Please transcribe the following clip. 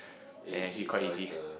and actually quite easy